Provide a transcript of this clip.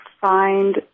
find